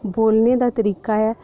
बोलने दा तरीका ऐ